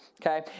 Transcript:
okay